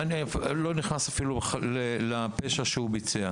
אני אפילו לא נכנס לפשע שהוא ביצע